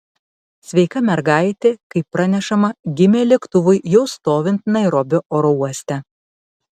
sveika mergaitė kaip pranešama gimė lėktuvui jau stovint nairobio oro uoste